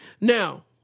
Now